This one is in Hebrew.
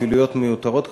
הכפילויות מיותרות כמובן,